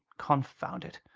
confound it!